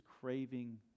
craving